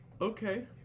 Okay